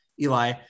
Eli